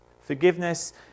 Forgiveness